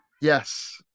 Yes